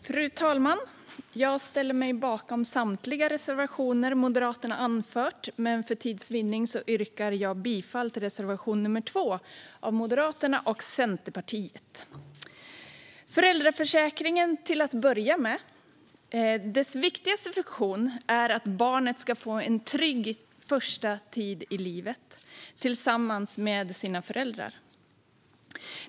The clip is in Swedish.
Fru talman! Jag ställer mig bakom samtliga reservationer som Moderaterna har anfört, men för tids vinnande yrkar jag bifall endast till reservation nr 7 av Moderaterna och Centerpartiet. Jag ska till att börja med tala om föräldraförsäkringen. Dess viktigaste funktion är att barnet ska få en trygg första tid i livet tillsammans med sina föräldrar.